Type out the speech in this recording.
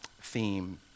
theme